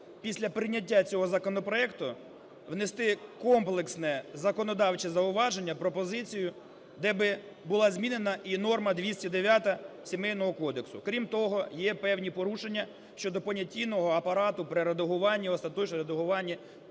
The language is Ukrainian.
після прийняття цього законопроекту внести комплексне законодавче зауваження, пропозицію, де була би змінена і норма 209 Сімейного кодексу. Крім того, є певні порушення щодо понятійного апарату при редагуванні, остаточному редагуванні